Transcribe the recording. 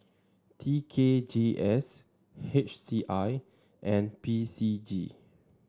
T K G S H C I and P C G